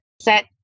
set